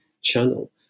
channel